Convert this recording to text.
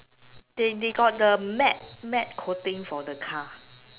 they they they got the matt matt coating for the car